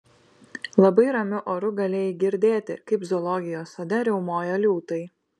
labai ramiu oru galėjai girdėti kaip zoologijos sode riaumoja liūtai